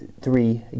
three